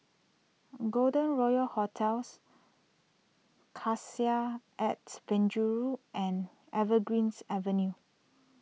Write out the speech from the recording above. Golden Royal Hotels Cassia at Penjuru and Evergreens Avenue